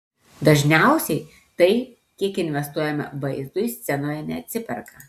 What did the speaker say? dažniausiai tai kiek investuojame vaizdui scenoje neatsiperka